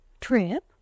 Trip